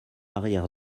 arrière